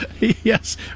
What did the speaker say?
Yes